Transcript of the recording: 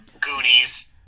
Goonies